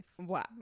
wow